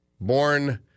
born